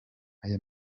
aya